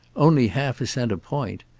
only half a cent a point.